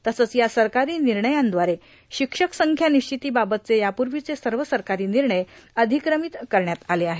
तसंच या सरकारी निर्णयांद्वारे शिक्षक संख्या निश्वितीवावतचे यापूर्वीचे सर्व सरकारी निर्णय अधिक्रमित करण्यात आले आहेत